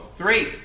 three